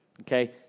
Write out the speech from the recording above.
Okay